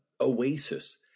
oasis